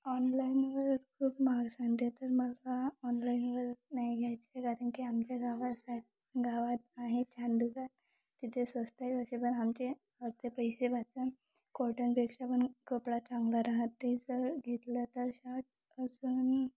ऑनलाईनवर खूप महाग सांगते तर मला ऑनलाईनवर नाही घ्यायचे कारण की आमच्या गावा सा गावात आहे छान दुकान तिथे स्वस्तही कसे पण आमचे पैसे वाचून कॉटनपेक्षा पण कपडा चांगला राहते जर घेतलं तर शर्ट असून